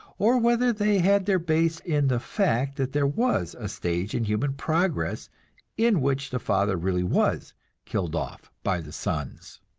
or whether they had their base in the fact that there was a stage in human progress in which the father really was killed off by the sons.